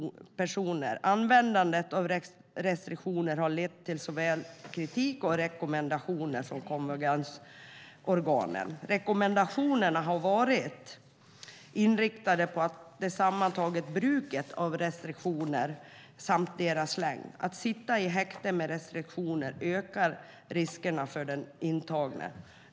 Användandet av restriktioner har lett till såväl kritik som rekommendationer från konventionsorganen. Rekommendationerna har varit inriktade på det sammantagna bruket av restriktioner och deras längd. Att sitta i häkte med restriktioner ökar riskerna för den intagne.